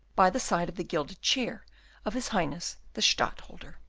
by the side of the gilded chair of his highness the stadtholder.